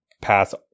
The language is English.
pass